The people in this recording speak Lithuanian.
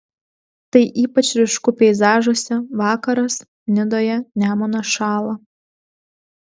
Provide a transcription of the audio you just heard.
tai ypač ryšku peizažuose vakaras nidoje nemunas šąla